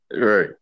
Right